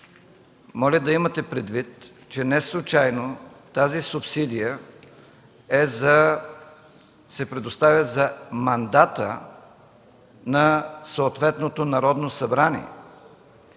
моля да имате предвид, че неслучайно тази субсидия се предоставя за мандата на съответното Народно събрание.